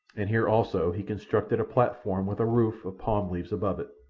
and here also he constructed a platform with a roof of palm-leaves above it.